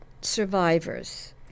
survivors